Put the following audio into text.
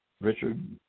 Richard